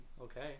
okay